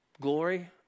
glory